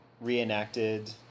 reenacted